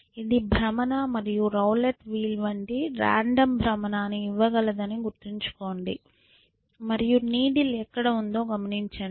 ఇది భ్రమణ మరియు రౌలెట్ వీల్వంటి రాండమ్ భ్రమణాన్ని ఇవ్వగలదని గుర్తుంచుకోండి మరియు నీడిల్ ఎక్కడ ఉందో గమనించండి